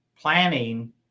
planning